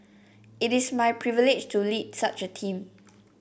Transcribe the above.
it is my privilege to lead such a team